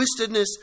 twistedness